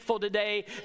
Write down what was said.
today